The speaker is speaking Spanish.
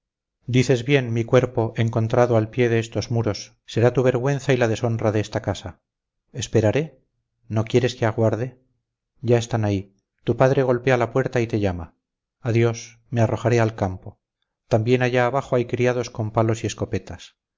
dices bien mi cuerpo encontrado al pie de estos muros será tu vergüenza y la deshonra de esta casa esperaré no quieres que aguarde ya están ahí tu padre golpea la puerta y te llama adiós me arrojaré al campo también allá abajo hay criados con palos y escopetas